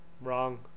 wrong